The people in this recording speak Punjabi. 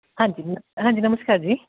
ਹਾਂਜੀ ਨ ਹਾਂਜੀ ਨਮਸਕਾਰ ਜੀ